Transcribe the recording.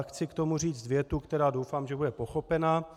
Chci k tomu říct větu, která, doufám, že bude pochopena.